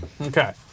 Okay